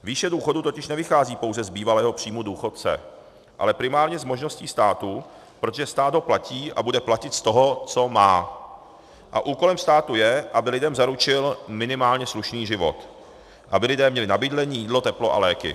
Výše důchodu totiž nevychází pouze z bývalého příjmu důchodce, ale primárně z možností státu, protože stát ho platí a bude platit z toho, co má, a úkolem státu je, aby lidem zaručil minimálně slušný život, aby lidé měli na bydlení, jídlo, teplo a léky.